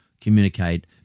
communicate